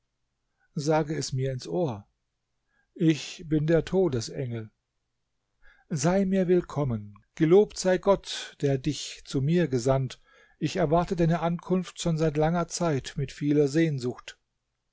sage mir es ins ohr ich bin der todesengel sei mir willkommen gelobt sei gott der dich zu mir gesandt ich erwarte deine ankunft schon seit langer zeit mit vieler sehnsucht